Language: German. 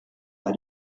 bei